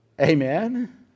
Amen